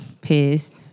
Pissed